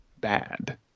Bad